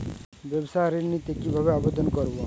ব্যাবসা ঋণ নিতে কিভাবে আবেদন করব?